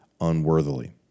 unworthily